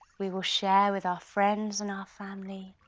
we will share with our friends and our family,